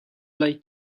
lai